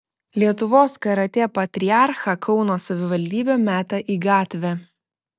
lietuvos karatė patriarchą kauno savivaldybė meta į gatvę